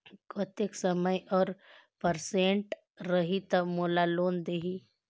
कतेक समय और परसेंट रही तब मोला लोन देही?